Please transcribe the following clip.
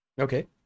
Okay